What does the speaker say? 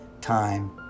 time